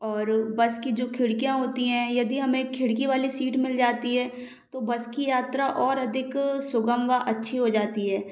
और बस की जो खिड़कियों होती है यदि हमें बस की खिड़की वाली सीट मिल जाती है तो बस की यात्रा और अधिक सुगम व अच्छी हो जाती है